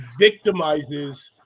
victimizes